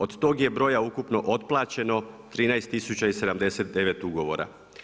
Od tog je broja ukupno otplaćeno 13079 ugovora.